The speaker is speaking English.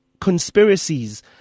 conspiracies